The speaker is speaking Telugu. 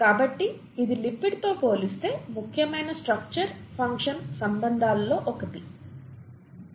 కాబట్టి ఇది లిపిడ్తో పోలిస్తే ముఖ్యమైన స్ట్రక్చర్ ఫంక్షన్ సంబంధాలలో ఒకటి